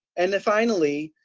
and then finally,